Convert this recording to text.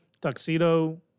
tuxedo